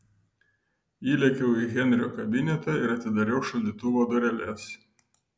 įlėkiau į henrio kabinetą ir atidariau šaldytuvo dureles